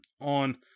on